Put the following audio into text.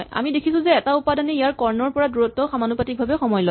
আমি দেখিছো যে এটা উপাদানে ইয়াৰ কৰ্ণৰ পৰা দূৰত্বক সমানুপাতিকভাৱে সময় লয়